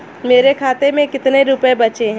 मेरे खाते में कितने रुपये बचे हैं?